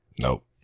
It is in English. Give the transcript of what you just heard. Nope